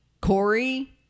Corey